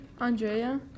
Andrea